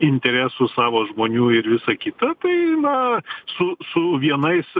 interesų savo žmonių ir visa kita tai na su su vienais